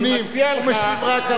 אני מציע לך רק עוד פרט קטן,